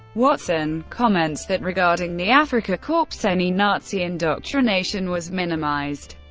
watson comments that, regarding the afrika korps, any nazi indoctrination was minimised,